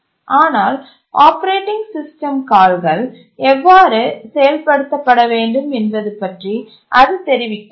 ஆனால் operating system கால்கள் எவ்வாறு செயல்படுத்தப்பட வேண்டும் என்பது பற்றி அது தெரிவிக்கவில்லை